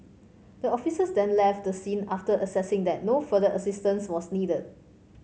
the officers then left the scene after assessing that no further assistance was needed